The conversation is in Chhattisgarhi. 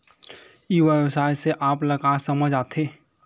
ई व्यवसाय से आप ल का समझ आथे?